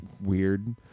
Weird